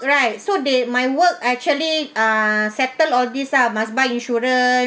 right so they my work actually uh settle all this ah must buy insurance